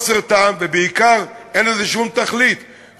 וכל שנה, לפחות 50,000 יהודים מתבוללים.